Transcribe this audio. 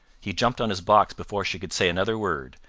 he jumped on his box before she could say another word,